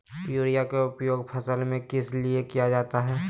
Urea के उपयोग फसल में किस लिए किया जाता है?